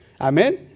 Amen